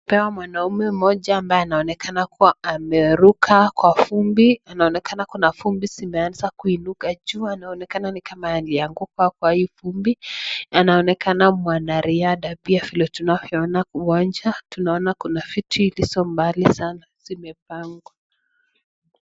Tumepewa mwanaume mmoja ambaye ananonekana ameruka kwa fumbi anaonekana kuna fumbi zimeanza kuinuka juu anaonekana ni kama alianguka kwa hii fumbi, anaonekana mwana riada pia vile tunavyoona uwanja tunaona kuna viti zilizo mbali zimepangwa.